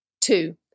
two